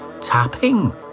tapping